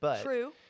True